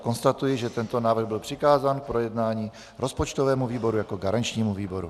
Konstatuji, že tento návrh byl přikázán k projednání rozpočtovému výboru jako garančnímu výboru.